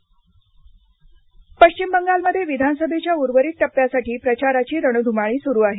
पश्चिम बंगाल प्रचार पश्चिम बंगाल मध्ये विधानसभेच्या उर्वरित टप्यासाठी प्रचाराची रणधुमाळी सुरू आहे